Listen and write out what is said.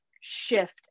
shift